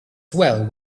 swell